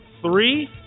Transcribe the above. three